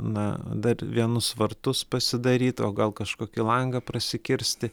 na dar vienus vartus pasidaryti o gal kažkokį langą prasikirsti